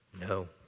no